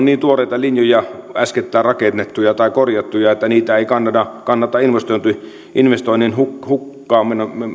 niin tuoreita linjoja äskettäin rakennettuja tai korjattuja että niitä ei kannata kannata investoinnin investoinnin hukkaan hukkaan